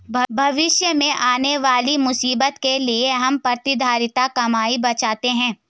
भविष्य में आने वाली मुसीबत के लिए हम प्रतिधरित कमाई बचाते हैं